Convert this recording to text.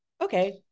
Okay